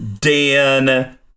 Dan